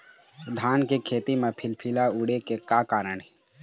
धान के खेती म फिलफिली उड़े के का कारण हे?